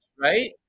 right